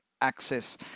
access